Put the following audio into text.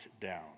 down